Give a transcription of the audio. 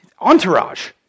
Entourage